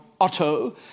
Otto